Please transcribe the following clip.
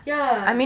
ya